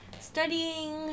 studying